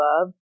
love